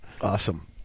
Awesome